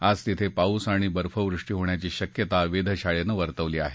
आज तिथे पाऊस अणि बर्फवृष्टी होण्याची शक्यता वेधशाळेनं वर्तवली आहे